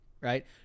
right